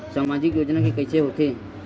सामाजिक योजना के कइसे होथे?